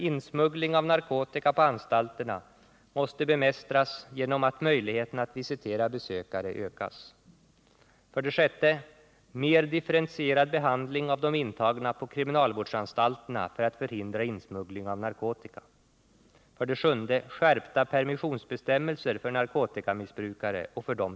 Insmuggling av narkotika på anstalterna måste bemästras genom att möjligheterna att visitera besökare ökas.